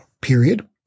period